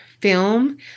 film